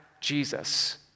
Jesus